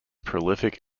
prolific